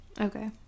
Okay